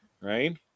right